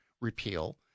repeal